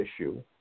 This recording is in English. issue